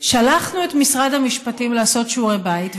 את משרד המשפטים לעשות שיעורי בית,